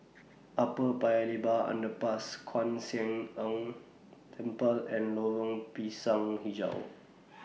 Upper Paya Lebar Underpass Kwan Siang Tng Temple and Lorong Pisang Hijau